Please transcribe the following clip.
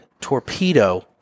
torpedo